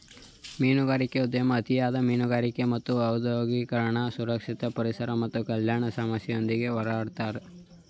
ಮೀನುಗಾರಿಕೆ ಉದ್ಯಮ ಅತಿಯಾದ ಮೀನುಗಾರಿಕೆ ಮತ್ತು ಔದ್ಯೋಗಿಕ ಸುರಕ್ಷತೆ ಪರಿಸರ ಮತ್ತು ಕಲ್ಯಾಣ ಸಮಸ್ಯೆಯೊಂದಿಗೆ ಹೋರಾಡ್ತಿದೆ